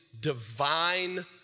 divine